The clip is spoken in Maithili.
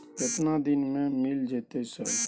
केतना दिन में मिल जयते सर?